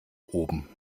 oben